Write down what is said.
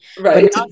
right